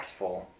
impactful